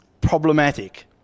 Problematic